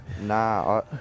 Nah